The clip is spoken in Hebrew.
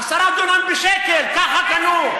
עשרה דונם בשקל, ככה קנו.